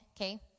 Okay